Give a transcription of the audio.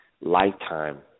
lifetime